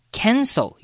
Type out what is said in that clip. cancel